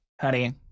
Honey